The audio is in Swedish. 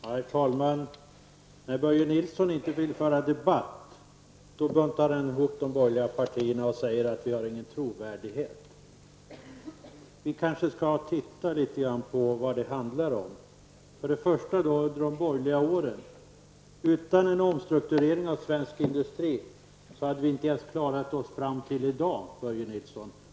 Herr talman! När Börje Nilsson inte vill föra debatt då buntar han ihop de borgerliga partierna och säger att de inte har någon trovärdighet. Låt oss titta på vad det handlar om. Utan en omstrukturering av svensk industri under de borgerliga åren hade vi inte ens klarat oss till i dag, Börje Nilsson.